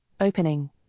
Opening